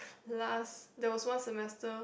last there was one semester